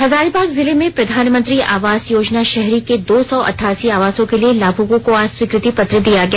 हजारीबाग जिले में प्रधानमंत्री आवास योजना शहरी के दो सौ अठासी आवासों के लिए लाभुकों को आज स्वीकृति पत्र दिया गया